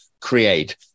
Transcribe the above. create